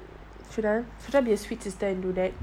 should I should I be a sweet sister and do that